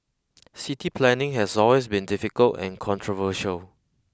city planning has always been difficult and controversial